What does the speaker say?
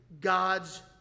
God's